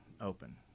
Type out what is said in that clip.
open